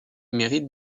mérite